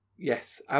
Yes